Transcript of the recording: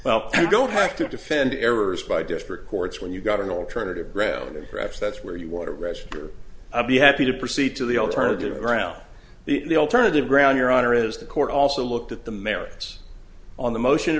well you don't have to defend errors by district courts when you've got an alternative gravity graph that's where you want to register i'd be happy to proceed to the alternative ground the alternative ground your honor is the court also looked at the merits on the motion